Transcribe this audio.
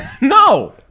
No